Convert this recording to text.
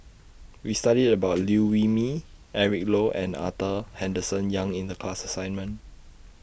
We studied about Liew Wee Mee Eric Low and Arthur Henderson Young in The class assignment